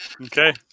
Okay